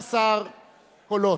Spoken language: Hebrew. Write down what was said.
112 קולות.